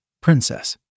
princess